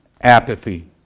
Apathy